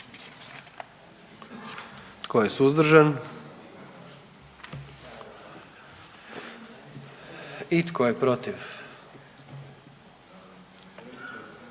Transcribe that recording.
Tko je suzdržan? I tko je protiv?